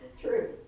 true